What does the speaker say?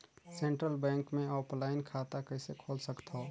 Central bank मे offline खाता कइसे खोल सकथव?